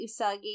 usagi